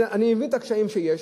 אני מבין את הקשיים שיש,